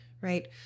right